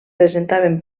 presentaven